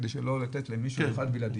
כדי לא לתת למישהו אחד בלעדיות,